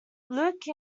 luke